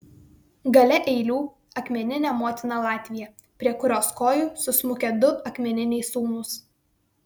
gale eilių akmeninė motina latvija prie kurios kojų susmukę du akmeniniai sūnūs